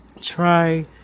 try